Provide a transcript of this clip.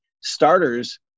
starters